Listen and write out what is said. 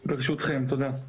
ברשותכם, תודה.